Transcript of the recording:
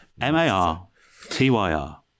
M-A-R-T-Y-R